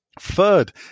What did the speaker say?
Third